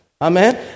Amen